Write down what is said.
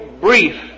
brief